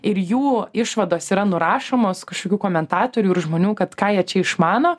ir jų išvados yra nurašomos kažkokių komentatorių ir žmonių kad ką jie čia išmano